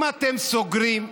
אם אתם סוגרים,